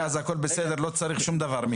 ואז הכל בסדר ולא צריך שום דבר מכם.